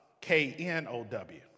K-N-O-W